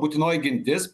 būtinoji gintis